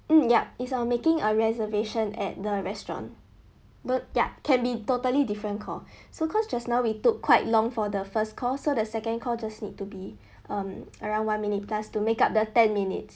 mm yup is on making a reservation at the restaurant ya can be totally different call so cause just now we took quite long for the first call so the second call just need to be um around one minute plus to make up the ten minutes